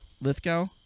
Lithgow